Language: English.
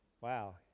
Wow